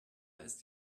ist